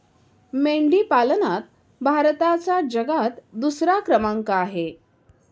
मेंढी पालनात भारताचा जगात दुसरा क्रमांक आहे